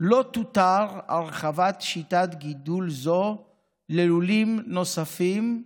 לא תותר הרחבת שיטת גידול זו ללולים נוספים.